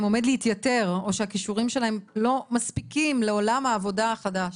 עומד להתייתר או שהכישורים שלהם לא מספיקים לעולם העבודה החדש?